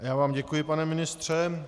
Já vám děkuji, pane ministře.